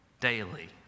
daily